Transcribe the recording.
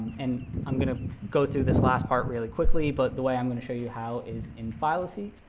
and i'm going to go through this last part really quickly, but the way i'm going to show you how is in phyloseq.